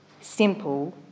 simple